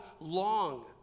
long